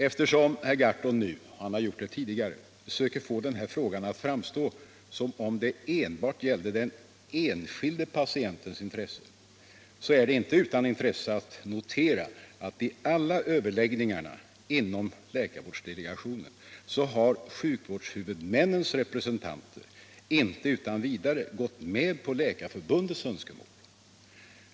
Eftersom herr Gahrton nu liksom tidigare söker få den här frågan att framstå som om det enbart gällde den enskilde patientens intressen, så är det inte utan betydelse att notera att i alla överläggningar inom läkarvårdsdelegationen har sjukvårdshuvudmännens representanter inte utan vidare gått med på Läkarförbundets önskemål.